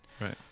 right